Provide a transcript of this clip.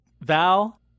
Val